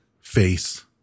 face